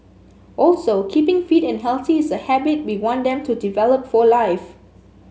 also keeping fit and healthy is a habit we want them to develop for life